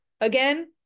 Again